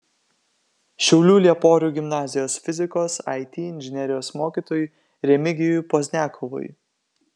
šiaulių lieporių gimnazijos fizikos it inžinerijos mokytojui remigijui pozniakovui